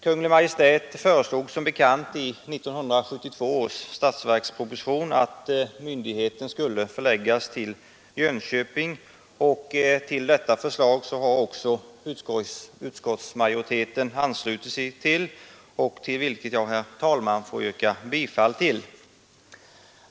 Kungl. Maj:t föreslog som bekant i 1972 års statsverksproposition att myndigheten skulle förläggas till Jönköping. Till detta förslag har utskottsmajoriteten anslutit sig, och jag vill också yrka bifall till detta förslag.